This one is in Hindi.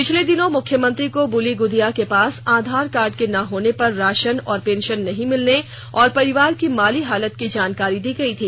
पिछले दिनों मुख्यमंत्री को बुली गुद्दया के पास आधार कार्ड के न होने पर राशन और पेंशन नहीं मिलने और परिवार की माली हालत की जानकारी दी गई थी